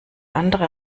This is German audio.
andere